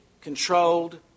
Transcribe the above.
controlled